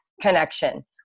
connection